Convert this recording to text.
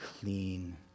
clean